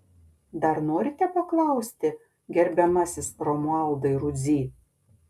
dar norite paklausti gerbiamasis romualdai rudzy